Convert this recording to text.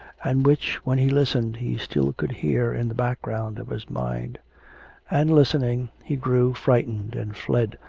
and which, when he listened, he still could hear in the background of his mind and, listening, he grew frightened and fled,